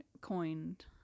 coined